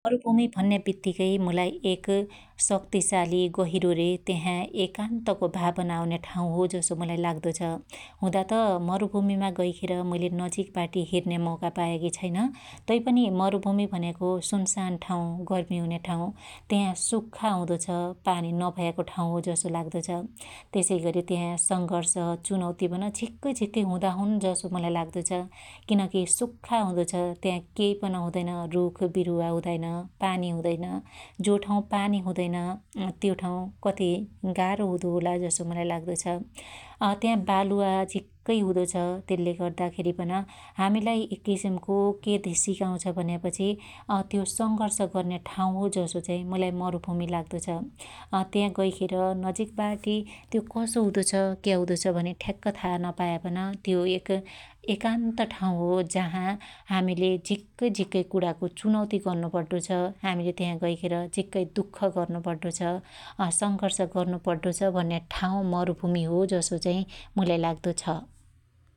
मरुभुमी भन्या बित्तीकै मुलाई एक शक्त्तीशाली गहिरो रे त्यहा एकान्तको भावना आउन्या ठाँउ हो जसो मुलाई लाग्दो छ । हुदा त मरुभुमीमा गैखेर मुईले नजीकबाटी हेर्न्या मौका पायाकी छैन् तैपनि मरुभुमी भन्याको सुनसान ठाँउ ,गर्मी हुन्या ठाँउ त्या सुख्खा हुदो छ । पानी नभयाको ठाँउ हो जसो लाग्दो छ । त्यसैगरी त्या संगर्ष, चुनौती पन झिक्कै झिक्कै हुदा हुन जसो मुलाई लाग्दो छ । किनकी सुख्खा हुदो छ । त्या कै पन हुदैन रुख बिरुवा हुदाइन, पानि हदैन । जो ठाँउ पानी हुदैन त्यो ठाँउ कति गार्हो हुदोहोला जसो मुलाई लाग्दो छ । अत्या बालुवा झिक्कै हुदो छ तेल्ले गर्दा खेरी पन हामिलाई एक किसिमको केद सिकाउछ भन्यापछि अत्यो संगर्ष गर्न्या ठाँउ हो जसो चाई मुलाई मरुभुमी लाग्दो छ । त्या गैखेर नजिक बाटी त्यो कसो हुदो छ क्या हुदो छ भनि ठ्क्क था नपाया पन त्यो एक एकान्त ठाँउ हो जाहा हामिले झिक्कै झिक्कै कुणाको चुनौती गर्नु पड्डो छ । हामीले त्यहा गैखेर झिक्कै दुख गर्नु पड्डो छ, संघर्ष गर्नु पड्डो छ भन्या ठाँउ मरुभुमी हो जसो चाइ मुलाई लाग्दो छ ।